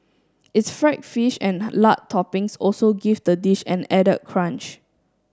its fried fish and lard toppings also give the dish an added crunch